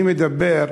אני מדבר,